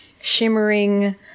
shimmering